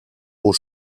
aux